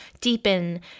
deepen